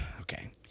okay